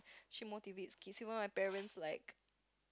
she motivates kids even my parents like